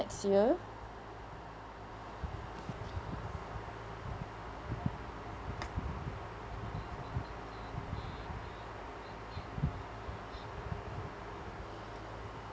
next year